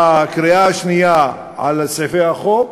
בקריאה השנייה על סעיפי החוק,